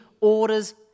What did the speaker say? orders